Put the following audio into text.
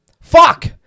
Fuck